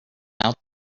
out